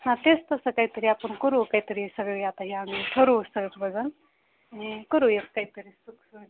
हां तेच तसं काहीतरी आपण करू काहीतरी सगळी आता ह्या आम्ही ठरवू सगळं बघा आणि करू एक काहीतरी उपाय